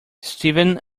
stephen